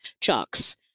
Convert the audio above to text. chucks